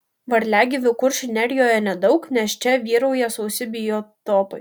varliagyvių kuršių nerijoje nedaug nes čia vyrauja sausi biotopai